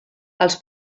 els